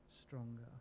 stronger